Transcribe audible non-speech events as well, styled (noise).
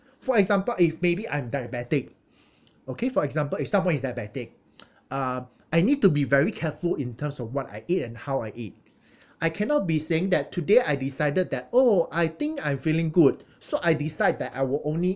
for example if maybe I'm diabetic okay for example if someone is diabetic (noise) uh I need to be very careful in terms of what I eat (breath) and how I eat I cannot be saying that today I decided that oh I think I'm feeling good so I decide that I will only